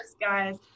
Guys